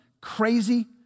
crazy